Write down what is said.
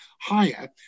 higher